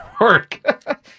work